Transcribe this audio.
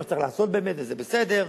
מה שצריך לעשות באמת וזה בסדר,